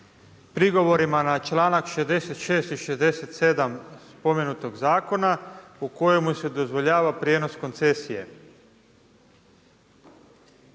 prigovorima na članak 66. i 67. spomenutog zakona u kojemu se dozvoljava prijenos koncesije.